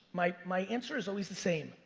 my my answer is always the same.